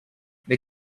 they